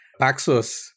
Paxos